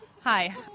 Hi